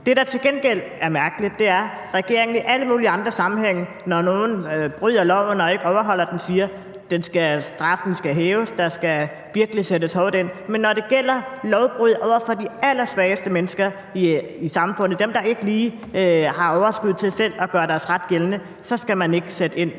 Det, der til gengæld er mærkeligt, er, at regeringen i alle mulige andre sammenhænge, når nogen bryder loven, siger, at straffen skal hæves, og at der virkelig skal sættes hårdt ind. Men når det gælder lovbrud over for de allersvageste mennesker i samfundet – dem, der ikke lige har overskuddet til selv at gøre deres ret gældende – skal man ikke sætte ind.